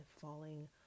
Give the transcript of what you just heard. falling